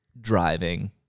driving